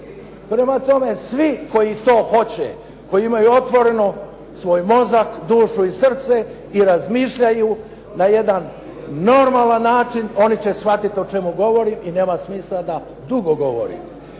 Prema tome, svi koji to hoće, koji imaju otvoreno svoj mozak, dušu i srce i razmišljaju na jedan normalan način, oni će shvatit o čemu govorim i nema smisla da dugo govorim.